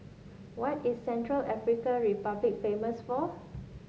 what is Central African Republic famous for